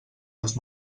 els